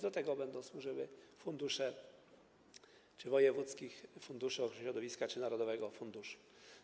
Do tego będą służyły fundusze wojewódzkich funduszy ochrony środowiska czy narodowego funduszu.